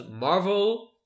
Marvel